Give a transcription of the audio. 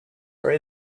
are